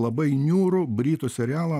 labai niūrų britų serialą